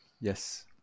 Yes